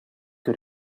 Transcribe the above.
que